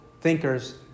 thinkers